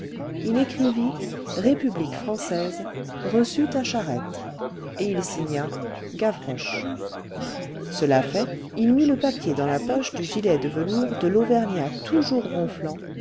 il écrivit république française reçu ta charrette et il signa gavroche cela fait il mit le papier dans la poche du gilet de velours de l'auvergnat toujours ronflant